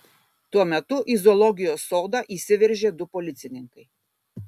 tuo metu į zoologijos sodą įsiveržė du policininkai